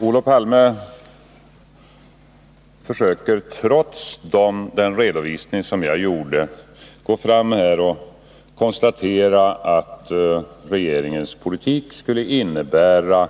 Herr talman! Trots den redovisning som jag gav påstår Olof Palme att regeringens politik skulle innebära